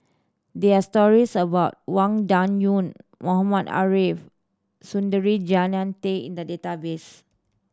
there are stories about Wang Dayuan Mohamed Ariff Suradi Jannie Tay in the database